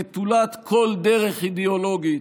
נטולת כל דרך אידיאולוגית,